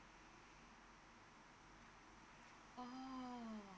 oh